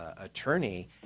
attorney